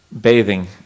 Bathing